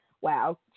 wow